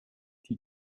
die